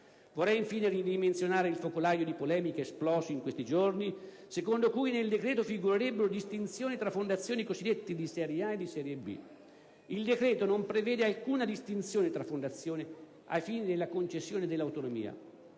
Vorrei infine ridimensionare il focolaio di polemiche esploso in questi giorni secondo cui nel decreto-legge figurerebbero distinzioni tra Fondazioni cosiddette di serie A e di serie B. Il decreto-legge non prevede alcuna distinzione fra Fondazioni, ai fini della concessione dell'autonomia.